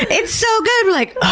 it's so good! we're like